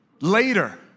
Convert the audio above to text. later